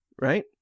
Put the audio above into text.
right